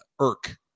irk